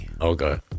Okay